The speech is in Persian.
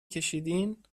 کشیدین